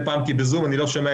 אני רוצה